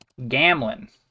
Gamlin